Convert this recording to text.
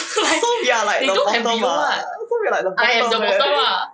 so we are like the bottom [what] so we are like the bottom eh